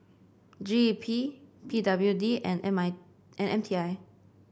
G E P P W D and M I and M T I